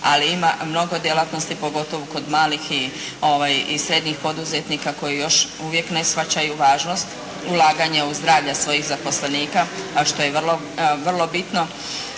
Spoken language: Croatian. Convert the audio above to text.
ali ima mnogo djelatnosti pogotovo kod malih i srednjih poduzetnika koji još uvijek ne shvaćaju važnost ulaganja u zdravlje svojih zaposlenika a što je vrlo bitno.